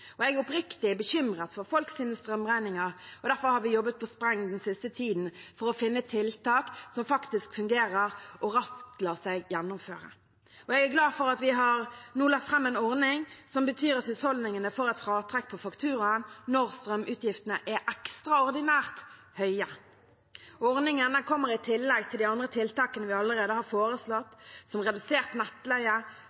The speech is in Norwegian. Jeg er oppriktig bekymret for folks strømregninger. Derfor har vi jobbet på spreng den siste tiden for å finne tiltak som faktisk fungerer, og raskt lar seg gjennomføre. Jeg er glad for at vi nå har lagt fram en ordning som betyr at husholdningene får et fratrekk på fakturaen når strømutgiftene er ekstraordinært høye. Ordningen kommer i tillegg til de andre tiltakene vi allerede har foreslått,